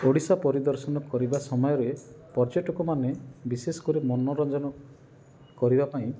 ଓଡ଼ିଶା ପରିଦର୍ଶନ କରିବା ସମୟରେ ପର୍ଯ୍ୟଟକମାନେ ବିଶେଷକରି ମନୋରଞ୍ଜନ କରିବା ପାଇଁ